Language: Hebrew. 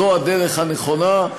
זו הדרך הנכונה.